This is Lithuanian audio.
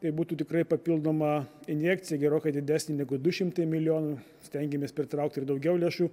tai būtų tikrai papildoma injekcija gerokai didesnė negu du šimtai milijonų stengiamės pritraukti daugiau lėšų